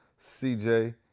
CJ